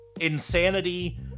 insanity